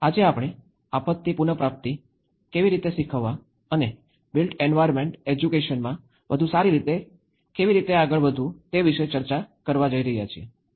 આજે આપણે આપત્તિ પુનપ્રાપ્તિ કેવી રીતે શીખવવા અને બિલ્ટ એન્વાયરમેન્ટ એજ્યુકેશનમાં વધુ સારી રીતે કેવી રીતે આગળ વધવું તે વિશે ચર્ચા કરવા જઈ રહ્યા છીએ